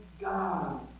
God